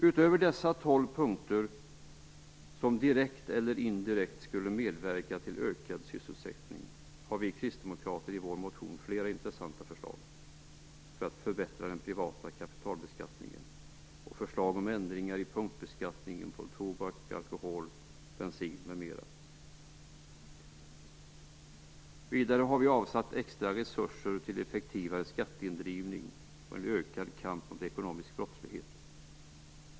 Utöver dessa tolv punkter, som direkt eller indirekt skulle medverka till ökad sysselsättning, har vi kristdemokrater i vår motion flera intressanta förslag för att förbättra den privata kapitalbeskattningen och förslag om ändringar i punktbeskattningen på tobak, alkohol, bensin, m.m. Vidare har vi avsatt extra resurser till effektivare skatteindrivning och ökad kamp mot ekonomisk brottslighet.